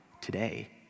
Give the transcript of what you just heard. today